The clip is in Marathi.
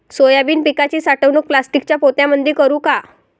सोयाबीन पिकाची साठवणूक प्लास्टिकच्या पोत्यामंदी करू का?